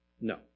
No